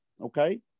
okay